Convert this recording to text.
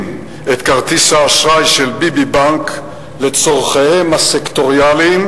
את כרטיס האשראי של "ביבי בנק" לצורכיהם הסקטוריאליים,